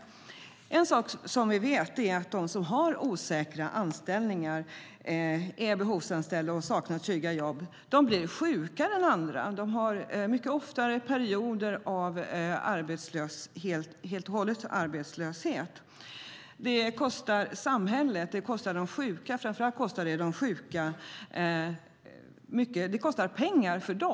En sak vi vet är att de som har osäkra anställningar, är behovsanställda och saknar trygga jobb blir sjukare än andra. De har mycket oftare perioder av arbetslöshet helt och hållet. Det kostar samhället, och det kostar framför allt de sjuka mycket pengar.